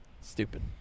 Stupid